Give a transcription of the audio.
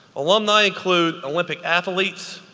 alumni include olympic athletes,